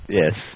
yes